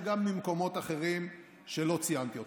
וגם ממקומות אחרים שלא ציינתי אותם.